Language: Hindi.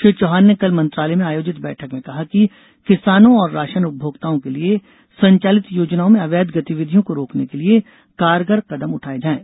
श्री चौहान ने कल मंत्रालय में आयोजित बैठक में कहा कि किसानों और राशन उपभोक्ताओं के लिये संचालित योजनाओं में अवैध गतिविधियों को रोकने के लिए कारगर कदम उठाये जायें